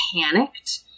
panicked